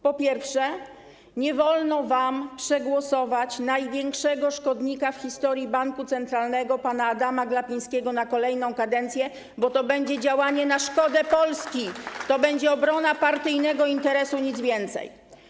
Po pierwsze, nie wolno wam przegłosować największego szkodnika w historii banku centralnego pana Adama Glapińskiego na kolejną kadencję, bo to będzie działanie na szkodę Polski, to będzie obrona partyjnego interesu, nic więcej.